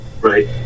Right